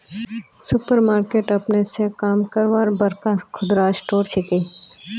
super market अपने स काम करवार बड़का खुदरा स्टोर छिके